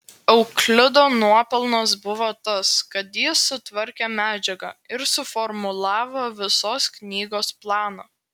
euklido nuopelnas buvo tas kad jis sutvarkė medžiagą ir suformulavo visos knygos planą